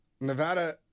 Nevada